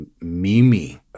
Mimi